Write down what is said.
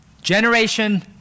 generation